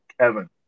Kevin